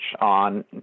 on